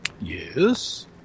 Yes